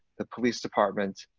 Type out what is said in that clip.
the police department,